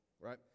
right